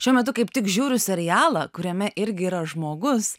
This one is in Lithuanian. šiuo metu kaip tik žiūriu serialą kuriame irgi yra žmogus